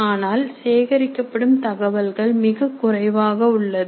ஆனால் சேகரிக்கப்படும் தகவல்கள் மிக குறைவாக உள்ளது